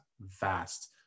vast